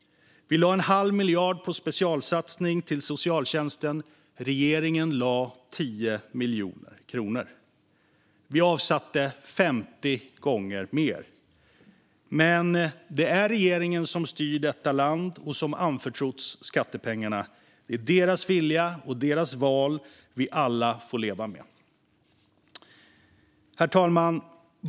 Vi lade en halv miljard på specialsatsning till socialtjänsten. Regeringen lade 10 miljoner kronor. Vi avsatte 50 gånger mer. Men det är regeringen som styr detta land och som har anförtrotts skattepengarna. Det är deras vilja och deras val vi alla får leva med. Herr talman!